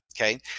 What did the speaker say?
Okay